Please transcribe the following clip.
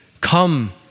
come